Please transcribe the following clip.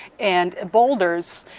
and boulders,